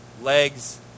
legs